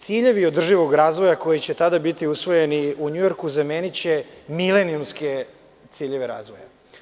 Ciljevi održivog razvoja koji će tada biti usvojeni u Njujorku zameniće milenijumske ciljeve razvoja.